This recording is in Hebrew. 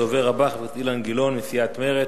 הדובר הבא, חבר הכנסת אילן גילאון מסיעת מרצ.